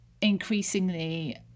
increasingly